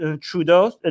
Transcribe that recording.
Trudeau